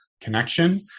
connection